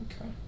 Okay